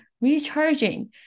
recharging